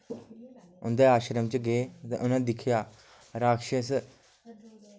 उंदै आश्म च गे ते उ'नै दिक्खेआ राक्षस